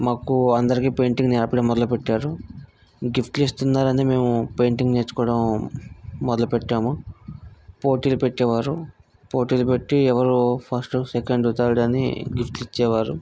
మాకు అందరికి పెయింటింగ్ నేర్పడం మొదలుపెట్టారు గిఫ్ట్లు ఇస్తున్నారని మేము పెయింటింగ్ నేర్చుకోడం మొదలుపెట్టాము పోటీలు పెట్టేవారు పోటీలు పెట్టి ఎవరు ఫస్ట్ సెకండ్ థర్డ్ అని గిఫ్ట్లు ఇచ్చేవారు